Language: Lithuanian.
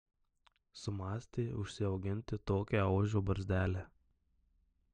sumąstė užsiauginti tokią ožio barzdelę